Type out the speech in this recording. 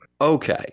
Okay